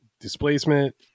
displacement